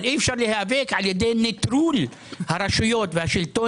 אבל אי אפשר להיאבק על ידי נטרול הרשויות והשלטון